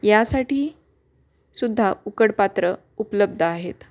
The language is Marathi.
यासाठी सुद्धा उकड पात्र उपलब्ध आहेत